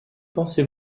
pensez